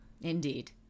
Indeed